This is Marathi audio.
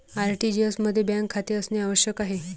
आर.टी.जी.एस मध्ये बँक खाते असणे आवश्यक आहे